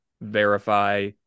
verify